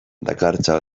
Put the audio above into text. dakartza